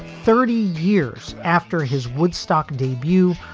thirty years after his woodstock debut,